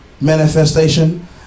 manifestation